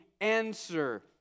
answer